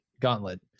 Gauntlet